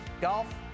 golf